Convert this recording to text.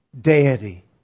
deity